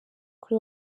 kuri